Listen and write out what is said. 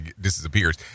disappears